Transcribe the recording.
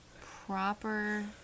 Proper